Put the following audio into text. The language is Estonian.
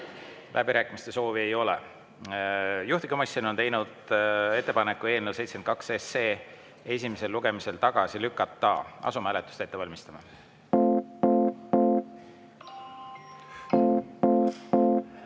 Läbirääkimiste soovi ei ole. Juhtivkomisjon on teinud ettepaneku eelnõu 72 esimesel lugemisel tagasi lükata. Asume hääletamist ette valmistama.